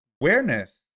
awareness